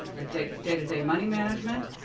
ah, day-to-day day-to-day money management,